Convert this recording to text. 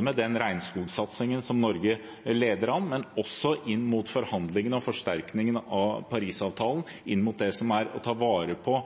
med den regnskogsatsingen som Norge leder an, men også inn mot forhandlingene og forsterkningene av Parisavtalen, inn mot det som er å ta vare på